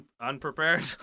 Unprepared